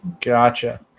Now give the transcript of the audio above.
Gotcha